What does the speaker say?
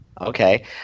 Okay